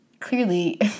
clearly